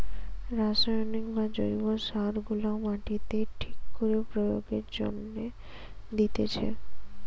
রাসায়নিক বা জৈব সার গুলা মাটিতে ঠিক করে প্রয়োগের জন্যে দিতেছে